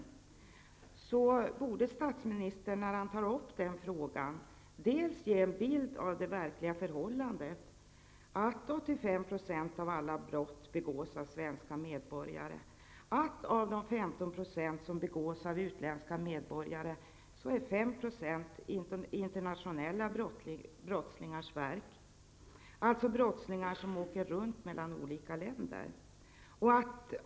Därför bör statsministern enligt min mening ge en bild av det verkliga förhållandet när han tar upp den frågan. Av alla brott som begås är det 85 % som begås av svenska medborgare, och av de 15 % av brotten som begås av utländska medborgare är 5 % brottslingar som åker runt mellan olika länder.